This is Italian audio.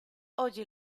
oggi